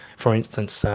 for instance,